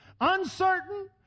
Uncertain